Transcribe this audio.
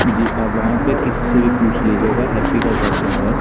जी आप वहाँ पे किसी से भी पूछ लीजिएगा हैप्पी का घर कहाँ है